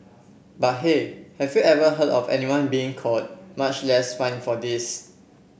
but hey have you ever heard of anyone being caught much less fined for this